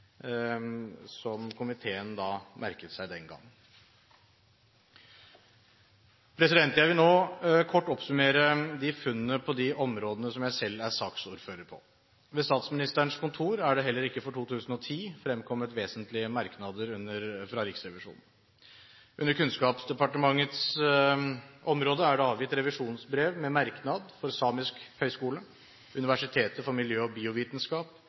som komiteen den gang merket seg. Jeg vil nå kort oppsummere funnene på de områdene der jeg selv er saksordfører. Ved Statsministerens kontor er det heller ikke for 2010 fremkommet vesentlige merknader fra Riksrevisjonen. Under Kunnskapsdepartementets område er det avgitt revisjonsbrev med merknad for Samisk høgskole, Universitetet for miljø- og biovitenskap,